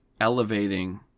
elevating